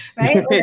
Right